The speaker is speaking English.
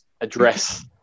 address